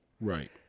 Right